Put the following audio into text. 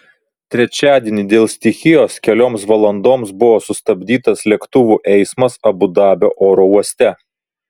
trečiadienį dėl stichijos kelioms valandoms buvo sustabdytas lėktuvų eismas abu dabio oro uoste